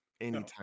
anytime